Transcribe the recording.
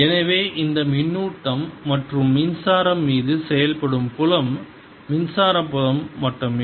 எனவே இந்த மின்னூட்டம் மற்றும் மின்சாரம் மீது செயல்படும் புலம் மின்சார புலம் மட்டுமே